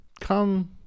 come